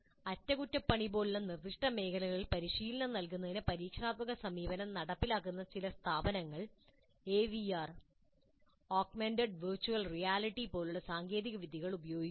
അറ്റകുറ്റപ്പണി പോലുള്ള നിർദ്ദിഷ്ട മേഖലകളിൽ പരിശീലനം നൽകുന്നതിന് പരീക്ഷണാത്മക സമീപനം നടപ്പിലാക്കുന്നതിന് ചില സ്ഥാപനങ്ങൾ AVR ആഗ്മെന്റഡ് വെർച്വൽ റിയാലിറ്റി പോലുള്ള സാങ്കേതികവിദ്യകൾ ഉപയോഗിക്കുന്നു